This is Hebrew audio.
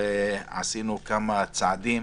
עשינו כמה צעדים